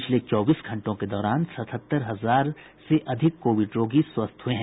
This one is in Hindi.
पिछले चौबीस घंटों के दौरान सतहत्तर हजार से अधिक कोविड रोगी स्वस्थ हुए हैं